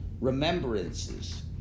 remembrances